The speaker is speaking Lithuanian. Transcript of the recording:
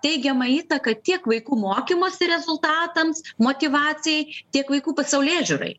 teigiamą įtaką tiek vaikų mokymosi rezultatams motyvacijai tiek vaikų pasaulėžiūrai